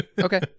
Okay